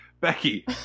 Becky